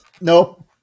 Nope